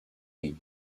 grille